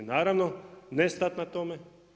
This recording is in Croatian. Naravno ne stati na tome.